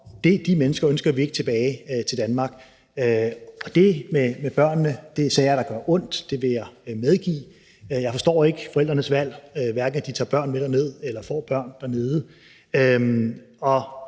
De mennesker ønsker vi ikke tilbage til Danmark. Med hensyn til børnene, så er det sager, der gør ondt – det vil jeg medgive. Jeg forstår ikke forældrenes valg, hverken at de tager børn med derned eller får børn dernede.